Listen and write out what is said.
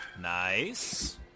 Nice